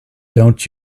don’t